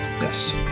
Yes